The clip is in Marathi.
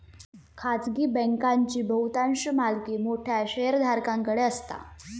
खाजगी बँकांची बहुतांश मालकी मोठ्या शेयरधारकांकडे असता